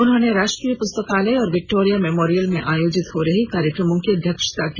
उन्होंने राष्ट्रीय पुस्तकालय और विक्टोरिया मेमोरियल में आयोजित हो रहे कार्यक्रमों की अध्यक्षता की